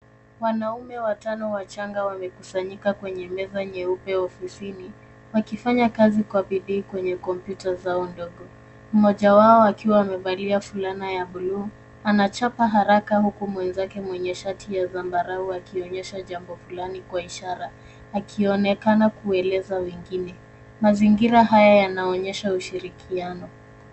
Wanaume watano wachanga wamekusanyika kwenye meza nyeupe ofisini, wakifanya kazi kwa bidii kwenye kompyuta zao ndogo. Mmoja wao akiwa amevalia fulana ya blue , anachapa haraka huku mwenzake mwenye shati ya zambarau akionyesha jambo fulani kwa ishara, akionekana kuwaeleza wengine. Mazingira haya yanaonyesha ushirikiano.